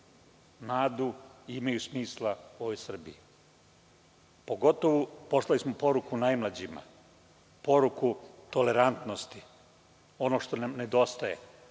nadu i imaju smisla u Srbiji. Pogotovo smo poslali poruku najmlađima, poruku tolerantnosti. Ono što nam nedostaje,